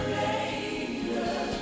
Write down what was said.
later